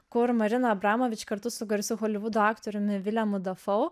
kur marina abramovič kartu su garsiu holivudo aktoriumi viljemu dafau